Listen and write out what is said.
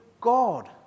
God